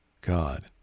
God